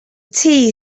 tea